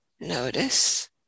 notice